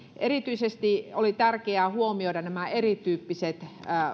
erityisesti oli tärkeää huomioida nämä erityyppiset